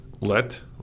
let